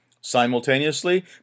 Simultaneously